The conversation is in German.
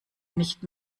nicht